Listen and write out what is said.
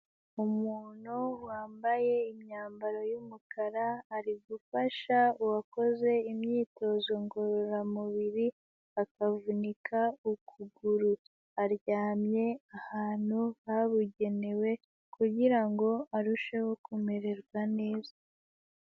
Umuntu wambaye imyambaro y'umukara ari gufasha uwakoze imyitozo ngororamubiri akavunika ukuguru, aryamye ahantu habugenewe kugira ngo arusheho kumererwa neza.